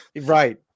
Right